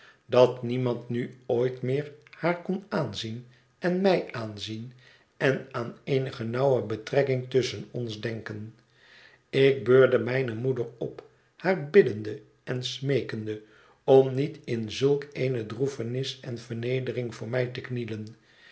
dat niemand nu ooit meer haar kon aanzien en mij aanzien en aan eenige nauwe betrekking tusschen ons denken ik beurde mijne moeder op haar biddende en smeekende om niet in zulk eene droefenis en vernedering voor mij te knielen